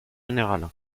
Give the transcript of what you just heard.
générale